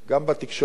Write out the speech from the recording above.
גם בתקשורת,